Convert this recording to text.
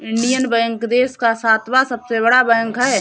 Indian Bank देश का सातवां सबसे बड़ा बैंक है